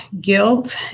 guilt